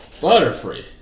Butterfree